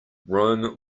rome